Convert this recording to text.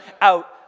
out